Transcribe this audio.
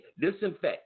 disinfect